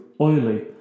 oily